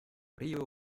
río